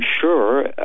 sure